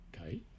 okay